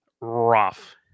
rough